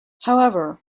however